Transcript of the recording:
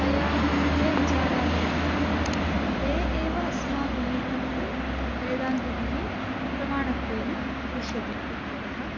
तया ये विचाराः उक्ताः ते एव अस्माभिः इत्युक्तौ वेदान्तिभिः प्रमाणत्वेन गृह्यते इत्यतः